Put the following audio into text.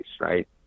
right